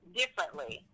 differently